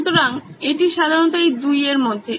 সুতরাং এটি সাধারণত এই দুইয়ের মধ্যে